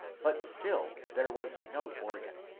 but still there was no organ.